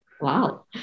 Wow